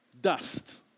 dust